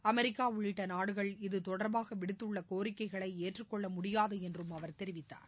America உள்ளிட்ட நாடுகள் இது தொடர்பாக விடுத்துள்ள கோரிக்கைகளை ஏற்றுக் கொள்ள முடியாது என்று அவர் தெரிவித்தார்